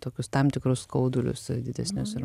tokius tam tikrus skaudulius didesnius ir